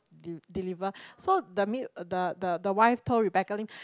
de~ deliver so the mid the the wife told Rebecca-Lim